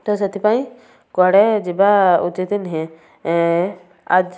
ତ ସେଥିପାଇଁ କୁଆଡ଼େ ଯିବା ଉଚିତ୍ ନୁହେଁ